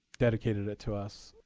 dedicated it to us.